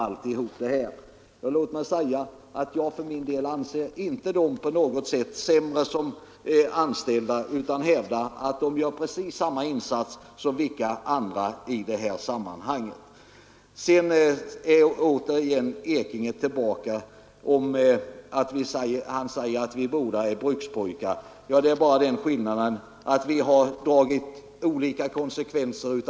Jag för min del betraktar inte dem som är sysselsatta i sådana arbeten som sämre anställda. Jag hävdar att de gör precis samma insats som alla andra i detta sammanhang. Herr Ekinge kom tillbaka till att vi båda är brukspojkar. Skillnaden är bara den att vi dragit olika slutsatser av det.